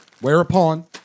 Whereupon